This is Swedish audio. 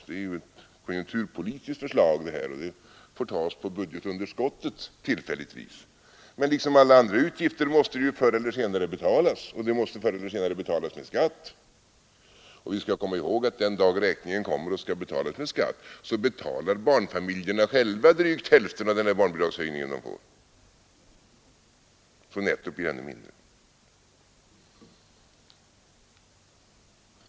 Det här är ett konjunkturpolitiskt förslag, och pengarna får tillfälligtvis ingå i budgetunderskottet, men liksom alla andra utgifter måste de förr eller senare betalas, och betalas med skatt. Vi skall komma ihåg att barnfamiljerna själva betalar drygt hälften av barnbidragshöjningen den dag då räkningen kommer och skall betalas med skatt. Nettot blir alltså ännu mindre än det tidigare nämnda.